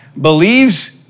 believes